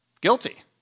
guilty